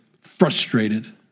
frustrated